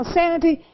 sanity